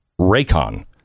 Raycon